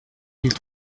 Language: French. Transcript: mille